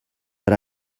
but